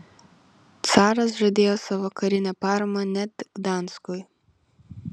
caras žadėjo savo karinę paramą net gdanskui